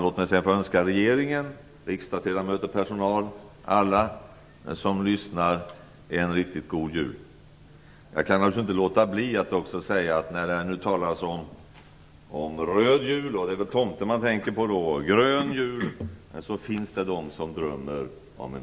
Sedan vill jag önska regeringen, riksdagsledamöter, personal och alla som lyssnar en riktigt god jul. Det har här talats om en röd jul - och det är väl tomten som man tänker på då - och en grön jul. Men det finns också de som drömmer om en